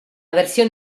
versión